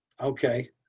Okay